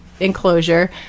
enclosure